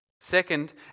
Second